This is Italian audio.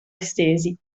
estesi